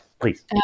Please